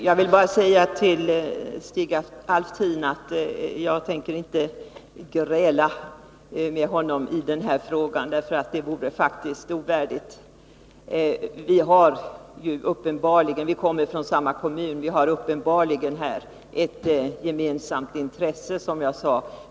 Herr talman! Jag vill bara säga till Stig Alftin att jag tänker inte gräla med honom i den här frågan, för det vore faktiskt ovärdigt. Vi kommer från samma kommun, och som jag sade har vi här uppenbarligen ett gemensamt intresse.